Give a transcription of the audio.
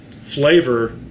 flavor